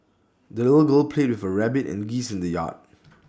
the little girl played with her rabbit and geese in the yard